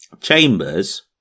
Chambers